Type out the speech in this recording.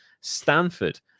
Stanford